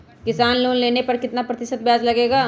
किसान लोन लेने पर कितना प्रतिशत ब्याज लगेगा?